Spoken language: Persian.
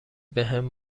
بهم